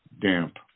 damp